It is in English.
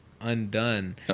undone